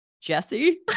jesse